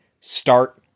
Start